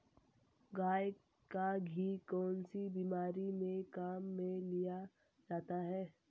गाय का घी कौनसी बीमारी में काम में लिया जाता है?